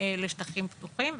לשטחים פתוחים.